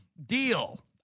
deal